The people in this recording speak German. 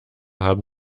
haben